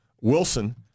Wilson